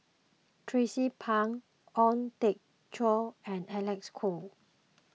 Tracie Pang Ong Teng Cheong and Alecs Kuok